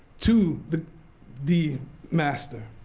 to the the master.